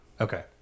Okay